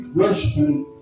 worshiping